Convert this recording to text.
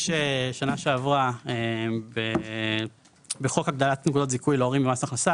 שנה שעברה בחוק הגדלת נקודות זיכוי להורים במס הכנסה